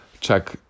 check